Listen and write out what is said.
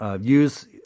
Use